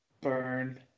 Burn